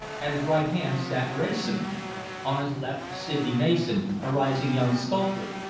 at his right hand sat wrayson on his left sydney mason, a rising young sculptor,